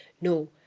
No